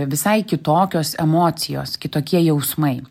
visai kitokios emocijos kitokie jausmai